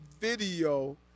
video